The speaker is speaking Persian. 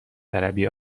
طلبی